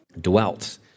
dwelt